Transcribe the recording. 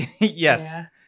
Yes